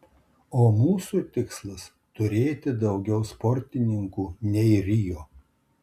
o mūsų tikslas turėti daugiau sportininkų nei rio